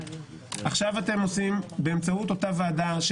עכשיו אתם עושים באמצעות אותה ועדה,